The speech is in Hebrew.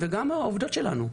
גם העובדות שלנו.